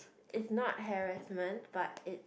is not harassment but is